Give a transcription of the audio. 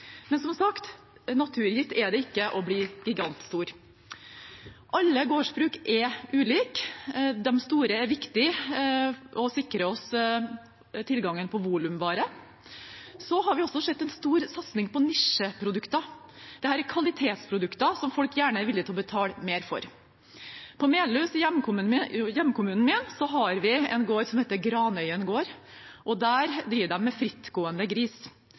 Men som sagt naturgitt er det ikke å bli gigantstor. Alle gårdsbruk er ulike. De store er viktige og sikrer oss tilgang på volumvare. Vi har også sett en stor satsing på nisjeprodukter. Dette er kvalitetsprodukter som folk gjerne er villig til å betale mer for. På Melhus, hjemkommunen min, har vi en gård som heter Granøien gård, og der driver de med frittgående gris.